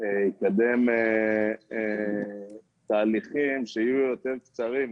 לקדם תהליכים שיהיו יותר קצרים,